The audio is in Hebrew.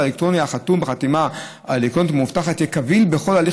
שהמסר האלקטרוני החתום בחתימה האלקטרונית המאובטחת יהיה קביל בכל הליך